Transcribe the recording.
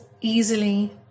easily